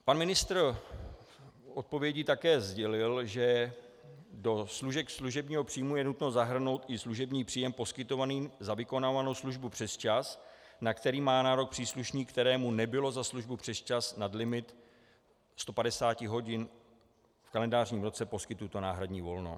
Pan ministr v odpovědi také sdělil, že do služebního příjmu je nutno zahrnout i služební příjem poskytovaný za vykonávanou službu přesčas, na který má nárok příslušník, kterému nebylo za službu přesčas nad limit 150 hodin v kalendářním roce poskytnuto náhradní volno.